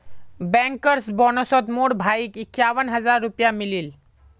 bankers बोनसोत मोर भाईक इक्यावन हज़ार रुपया मिलील